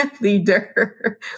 leader